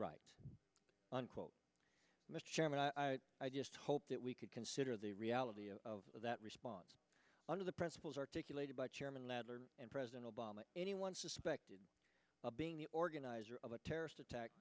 right unquote mr chairman i i just hope that we could consider the reality of that response under the principles articulated by chairman ladder and president obama anyone suspected of being the organizer of a terrorist attack